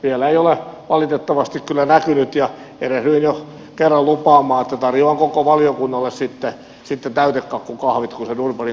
vielä ei ole valitettavasti kyllä näkynyt ja erehdyin jo kerran lupaamaan että tarjoan koko valiokunnalle sitten täytekakkukahvit kun se durbanin kompensaatio tulee